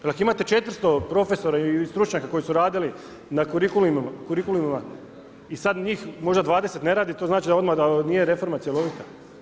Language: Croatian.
Jer ako imate 400 profesora i stručnjaka koji su radili na kurikulima i sada njih možda 20 ne radi, to znači možda odmah da nije reforma cjelovita.